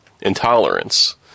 Intolerance